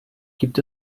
gibt